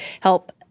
help